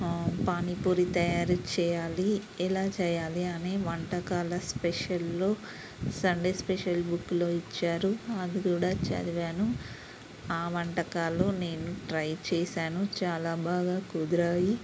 పానీపూరి తయారీ చేయాలి ఎలా చేయాలి అని వంటకాల స్పెషల్లో సండే స్పెషల్ బుక్కులో ఇచ్చారు అది కూడా చదివాను ఆ వంటకాలు నేను ట్రై చేశాను చాలా బాగా కుదిరాయి